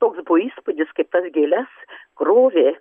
toks buvo įspūdis kaip tas gėles krovė